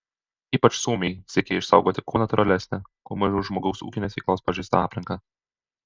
ypač suomiai siekia išsaugoti kuo natūralesnę kuo mažiau žmogaus ūkinės veiklos pažeistą aplinką